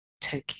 Tokyo